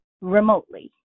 remotely